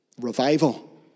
revival